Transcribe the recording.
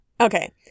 Okay